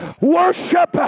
Worship